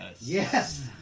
Yes